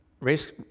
race